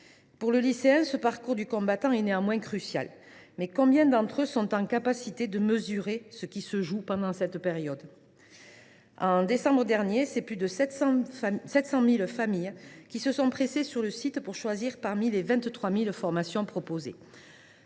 Pour les lycéens, ce parcours du combattant est crucial, mais combien d’entre eux sont capables de mesurer ce qui se joue pendant cette période ? En décembre dernier, plus de 700 000 familles se sont pressées sur la plateforme pour choisir parmi les 23 000 formations proposées.